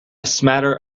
smatter